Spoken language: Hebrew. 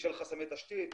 בשל חסמי תשתית.